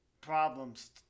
problems